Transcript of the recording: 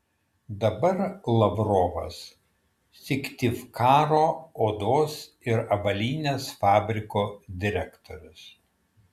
dabar lavrovas syktyvkaro odos ir avalynės fabriko direktorius